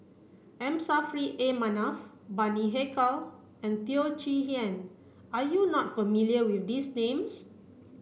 M Saffri A Manaf Bani Haykal and Teo Chee Hean are you not familiar with these names